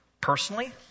personally